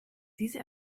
diese